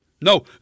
No